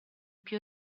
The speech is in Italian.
più